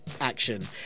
action